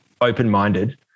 open-minded